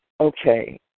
Okay